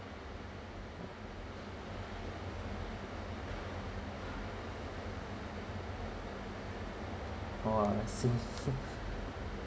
oh I see I see